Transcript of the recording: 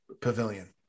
pavilion